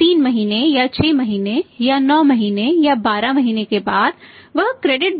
अब 3 महीने या 6 महीने या 9 महीने या 12 महीने के बाद वह क्रेडिट